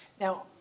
Now